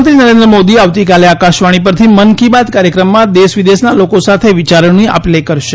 પ્રધાનમંત્રી નરેન્દ્ર મોદી આવતીકાલે આકાશવાણી પરથી મન કી બાત કાર્યક્રમમાં દેશ વિદેશના લોકો સાથે વિયારોની આપ લે કરશે